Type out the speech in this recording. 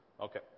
Okay